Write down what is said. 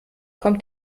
kommt